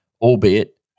albeit